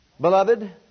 Beloved